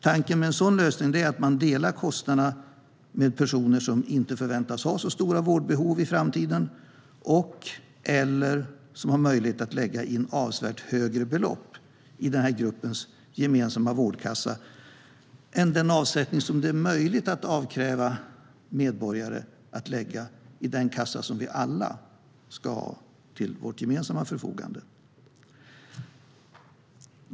Tanken med en sådan lösning är att man delar kostnaderna med personer som inte förväntas ha så stora vårdbehov i framtiden eller som har möjlighet att lägga in avsevärt högre belopp i gruppens gemensamma vårdkassa än den avsättning som det är möjligt att avkräva medborgare för den kassa som ska stå till allas gemensamma förfogande.